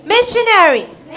Missionaries